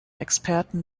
experten